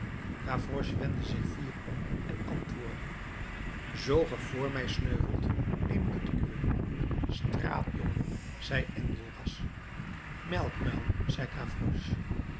wendde zich fier om en antwoordde zoo ge vr mij sneuvelt neem ik het uwe straatjongen zei enjolras melkmuil zei